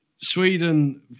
Sweden